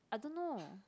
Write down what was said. I don't know